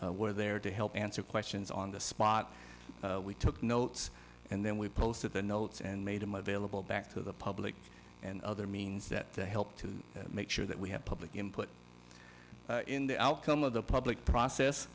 f were there to help answer questions on the spot we took notes and then we posted the notes and made them available back to the public and other means that they helped to make sure that we had public input in the outcome of the public process